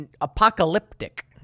apocalyptic